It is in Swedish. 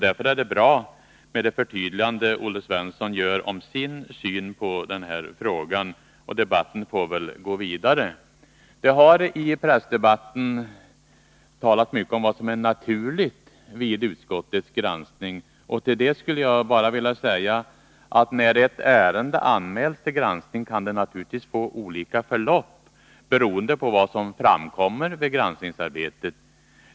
Därför var det bra att Olle Svensson förtydligade sin syn på frågan, och debatten får väl gå vidare. Det har i pressdebatten talats mycket om vad som är naturligt vid utskottets granskning. Till det skulle jag bara vilja säga att när ett ärende anmäls till granskning kan det naturligtvis få olika förlopp, beroende på vad som framkommer vid granskningsarbetet.